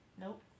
Nope